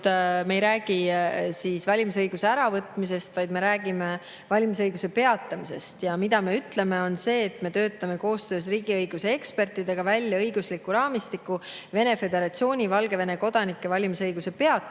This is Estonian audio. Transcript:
Me ei räägi tegelikult valimisõiguse äravõtmisest, vaid me räägime valimisõiguse peatamisest. Me ütleme, et me töötame koostöös riigiõiguse ekspertidega välja õigusliku raamistiku Vene föderatsiooni ja Valgevene kodanike valimisõiguse peatamiseks